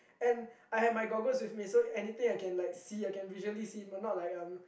and I had my goggles with me so anything I can like see I can like visually see but not like um